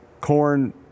Corn